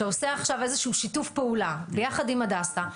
שעושה עכשיו איזשהו שיתוף פעולה ביחד עם הדסה,